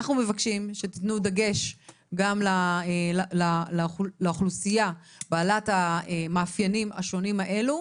אנחנו מבקשים שתתנו דגש גם לאוכלוסייה בעלת המאפיינים השונים האלו.